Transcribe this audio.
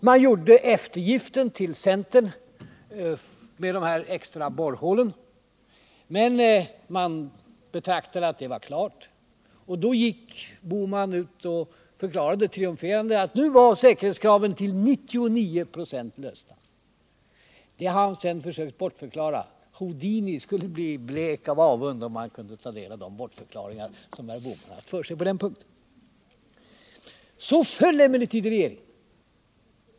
Man gjorde eftergiften till centern med de här extra borrhålen, men man ansåg att det politiskt var klart, och då gick herr Bohman ut och förklarade triumferande, att nu var säkerhetskraven till 99 96 lösta. Det har han sedan försökt bortförklara. 40 Houdini skulle bli blek av avund, om han kunde ta del av de bortförklaringar som herr Bohman kommit med på den punkten. Så föll emellertid regeringen.